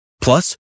Plus